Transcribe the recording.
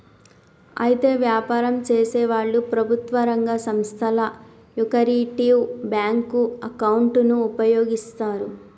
అయితే వ్యాపారం చేసేవాళ్లు ప్రభుత్వ రంగ సంస్థల యొకరిటివ్ బ్యాంకు అకౌంటును ఉపయోగిస్తారు